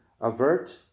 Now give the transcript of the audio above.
avert